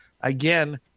again